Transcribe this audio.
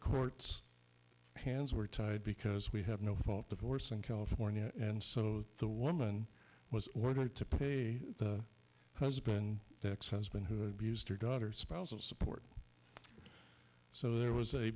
courts hands were tied because we have no fault divorce in california and so the woman was ordered to pay the husband that ex husband who abused her daughter spousal support so there was a